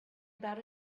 about